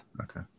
Okay